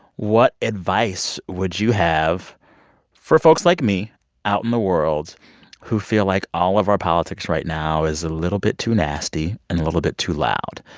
what advice would you have for folks like me out in the world who feel like all of our politics right now is a little bit too nasty and a little bit too loud?